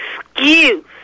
excuse